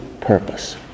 purpose